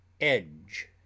Edge